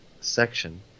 section